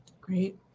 Great